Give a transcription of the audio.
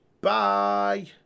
bye